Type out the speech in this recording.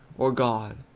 or god,